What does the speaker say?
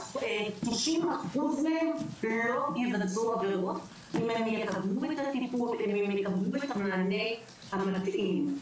90% מהם לא יבצעו עבירות אם הם יקבלו את הטיפול ואת המענה המתאים.